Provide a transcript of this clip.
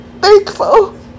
thankful